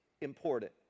important